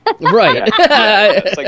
Right